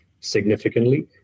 significantly